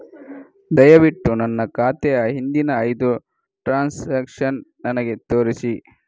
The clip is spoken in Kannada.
ದಯವಿಟ್ಟು ನನ್ನ ಖಾತೆಯ ಹಿಂದಿನ ಐದು ಟ್ರಾನ್ಸಾಕ್ಷನ್ಸ್ ನನಗೆ ತೋರಿಸಿ